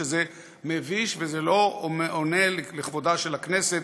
שזה מביש וזה לא לכבודה של הכנסת.